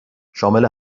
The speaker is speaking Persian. شامل